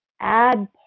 add